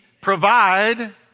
provide